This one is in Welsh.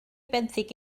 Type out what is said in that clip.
benthyg